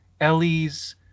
ellie's